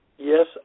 Yes